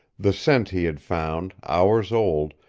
the scent he had found, hours old,